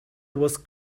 was